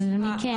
אז על מי כן?